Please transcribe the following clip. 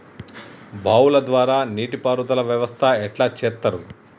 బావుల ద్వారా నీటి పారుదల వ్యవస్థ ఎట్లా చేత్తరు?